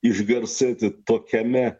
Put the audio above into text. išgarsėti tokiame